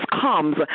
comes